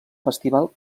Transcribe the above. festival